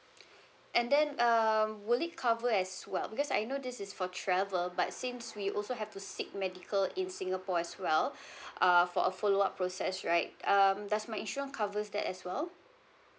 and then uh will it cover as well because I know this is for travel but since we also have to seek medical in singapore as well uh for a follow up process right um does my insurance covers that as well